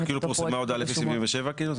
שכאילו פורסמה הודעה לפי 77 כאילו?